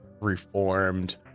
reformed